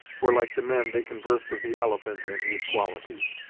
for, like the men, they conversed of the elephant and his qualities.